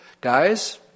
guys